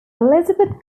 elizabeth